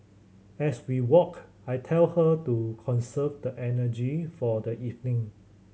as we walk I tell her to conserve the energy for the evening